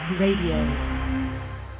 Radio